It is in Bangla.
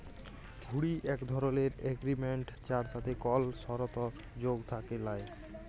হুঁড়ি এক ধরলের এগরিমেনট যার সাথে কল সরতর্ যোগ থ্যাকে ল্যায়